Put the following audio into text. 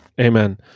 amen